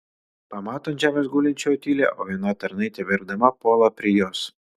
pamato ant žemės gulinčią otiliją o viena tarnaitė verkdama puola prie jos